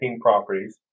properties